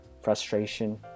Frustration